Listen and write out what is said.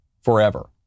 forever